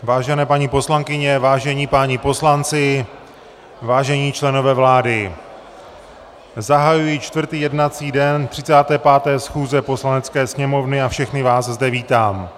Vážené paní poslankyně, vážení páni poslanci, vážení členové vlády, zahajuji čtvrtý jednací den 35. schůze Poslanecké sněmovny a všechny vás zde vítám.